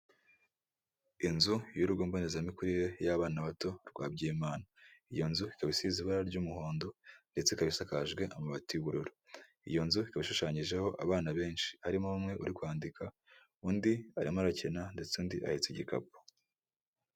Uyu ni umwe mu mihanda ishobora kuba igaragara mu Rwanda, aho bagaragaza agace imodoka nk'izitwaye abagenzi cyangwa se n'izitwara imizigo zishobora kuba zahagarara umwanya muto mu gihe cy'akaruhuko.